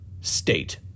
State